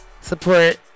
support